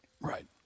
Right